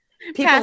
People